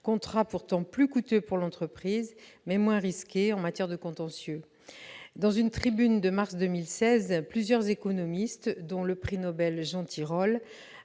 contrats pourtant plus coûteux pour l'entreprise, mais moins risqués en matière de contentieux. Dans une tribune publiée en mars 2016, plusieurs économistes, dont le prix Nobel Jean Tirole,